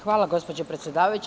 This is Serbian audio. Hvala, gospođo predsedavajuća.